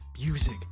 music